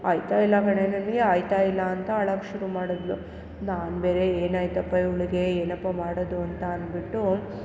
ಆಯಿತಾ ಇಲ್ಲ ಕಣೆ ನನಗೆ ಆಯಿತಾ ಇಲ್ಲ ಅಂತ ಅಳೋಕೆ ಶುರು ಮಾಡಿದ್ಲು ನಾನು ಬೇರೆ ಏನಾಯಿತಪ್ಪ ಇವಳಿಗೆ ಏನಪ್ಪ ಮಾಡೋದು ಅಂತ ಅಂದ್ಬಿಟ್ಟು